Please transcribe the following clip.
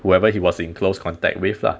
whoever he was in close contact with lah